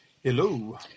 Hello